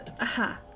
Aha